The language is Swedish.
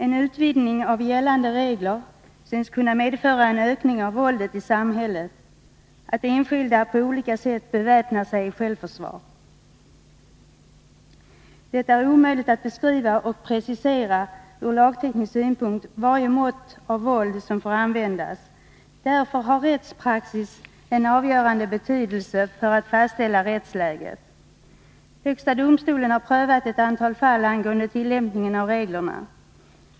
En utvidgning av gällande regler synes kunna medföra en ökning av våldet i samhället — att enskilda på olika sätt beväpnar sig i självförsvar. Det är omöjligt ur lagteknisk synpunkt att beskriva och precisera varje mått av våld som får användas. Därför har rättspraxis en avgörande betydelse för att fastställa rättsläget. Högsta domstolen har prövat ett antal fall angående tillämpningen av reglerna.